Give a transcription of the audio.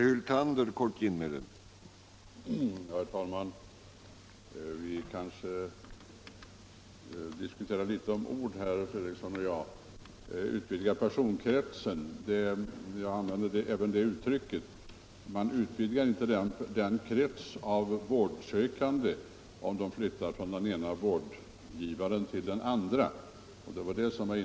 Herr talman! Herr Fredriksson och jag strider litet om ord här. Han och även jag använde uttrycket ”utvidga personkretsen”. Man utvidgar inte kretsen av vårdsökande om de vårdsökande flyttar från den ena vårdgivaren till den andra. Det var det jag sade i